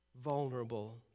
vulnerable